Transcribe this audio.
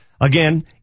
Again